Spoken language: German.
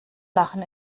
lachen